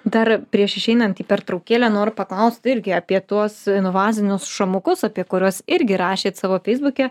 dar prieš išeinant į pertraukėlę noriu paklaust irgi apie tuos invazinius šamukus apie kuriuos irgi rašėt savo feisbuke